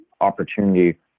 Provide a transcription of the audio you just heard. opportunity